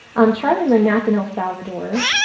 um charlie learned math in el salvador.